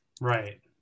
Right